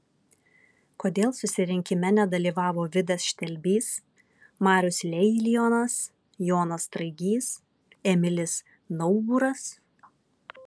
kodėl susirinkime nedalyvavo vidas štelbys marius leilionas jonas straigys emilis nauburas